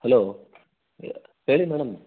hello ಯ್ ಹೇಳಿ madam